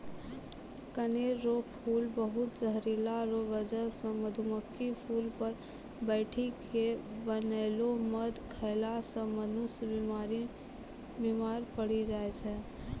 कनेर रो फूल बहुत जहरीला रो बजह से मधुमक्खी फूल पर बैठी के बनैलो मध खेला से मनुष्य बिमार पड़ी जाय छै